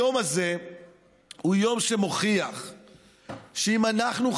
היום הזה הוא יום שמוכיח שאם אנחנו,